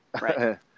Right